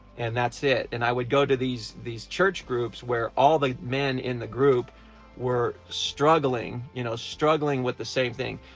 and that's it and i would go to these these church groups where all the men in the group were struggling, you know, struggling with the same thing,